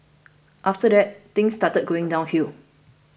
after that things started going downhill